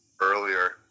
earlier